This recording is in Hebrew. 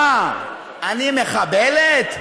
מה, אני מחבלת?